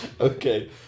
Okay